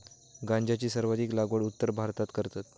गांजाची सर्वाधिक लागवड उत्तर भारतात करतत